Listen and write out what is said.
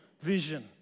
vision